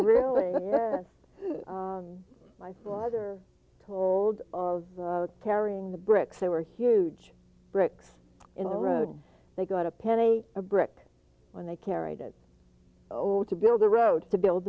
really my father told of carrying the bricks there were huge bricks in the road they got a penny a brick when they carried it over to build the road to build